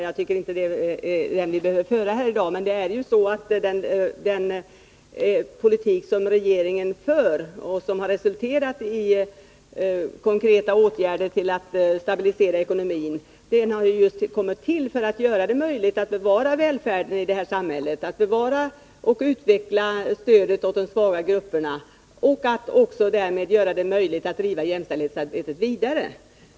Jag tycker inte att det är en sådan vi behöver föra här i dag, men den politik som regeringen för och som har resulterat i konkreta åtgärder för att stabilisera ekonomin har ju kommit till just för att göra det möjligt att bevara välfärden i samhället, att bevara och utveckla stödet åt de svaga grupperna och därmed också göra det möjligt att driva jämställdhetsarbetet vidare.